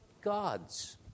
God's